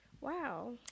Wow